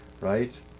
right